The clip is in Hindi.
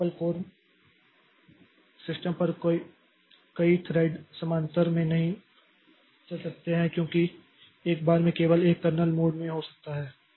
मल्टीपल कोर सिस्टम पर कई थ्रेड समानांतर में नहीं चल सकते हैं क्योंकि एक बार में केवल 1 कर्नेल मोड में हो सकता है